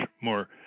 more